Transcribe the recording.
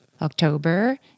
October